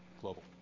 global